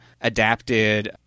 adapted